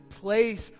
place